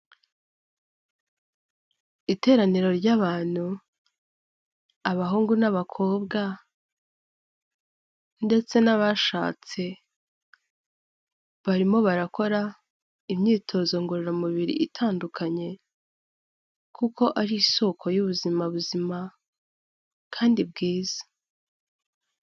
Iteraniro ry'abantu abahungu n'abakobwa ndetse n'abashatse, barimo barakora imyitozo ngororamubiri itandukanye kuko ari isoko y'ubuzima buzima kandi bwiza.